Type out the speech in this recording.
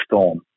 storm